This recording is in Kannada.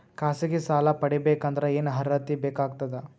ಖಾಸಗಿ ಸಾಲ ಪಡಿಬೇಕಂದರ ಏನ್ ಅರ್ಹತಿ ಬೇಕಾಗತದ?